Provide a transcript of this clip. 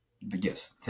yes